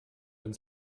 ins